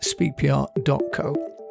speakpr.co